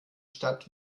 stadt